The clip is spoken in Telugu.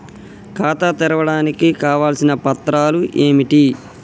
ఖాతా తెరవడానికి కావలసిన పత్రాలు ఏమిటి?